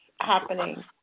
happening